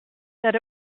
that